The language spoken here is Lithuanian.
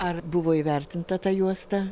ar buvo įvertinta ta juosta